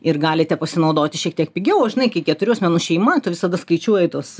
ir galite pasinaudoti šiek tiek pigiau o žinai kai keturių asmenų šeima tu visada skaičiuoji tuos